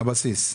הבסיס.